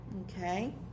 Okay